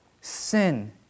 sin